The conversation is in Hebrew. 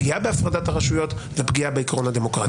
פגיעה בהפרדת הרשויות ופגיעה בעיקרון הדמוקרטיה.